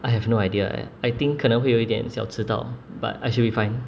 I have no idea I think 可能会有一点小迟到 but I should be fine